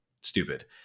stupid